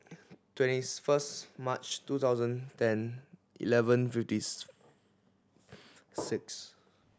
twenties first March two thousand ten eleven fifties six